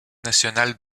nationale